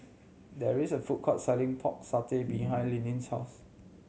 there is a food court selling Pork Satay behind Linnie's house